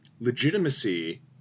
legitimacy